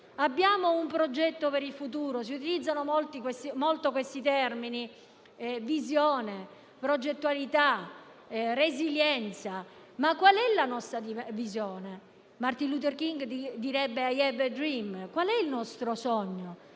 Abbiamo un progetto per il futuro? Si utilizzano molto termini come visione, progettualità e resilienza. Qual è però la nostra visione? Martin Luther King direbbe «*I have a dream*». Qual è il nostro sogno?